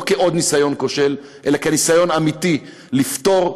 לא כעוד ניסיון כושל אלא כניסיון אמיתי לפתור,